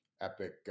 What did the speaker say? epic